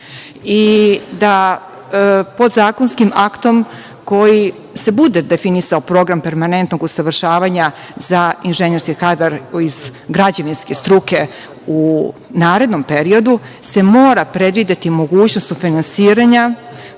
i da podzakonskim aktom koji se bude definisao Program permanentnog usavršavanja za inženjerski kadar iz građevinske struke u narednom periodu se mora predvideti mogućnost finansiranja